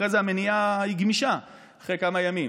אחרי זה המניעה היא גמישה, אחרי כמה ימים.